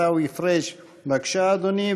חבר הכנסת עיסאווי פריג', בבקשה, אדוני.